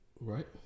Right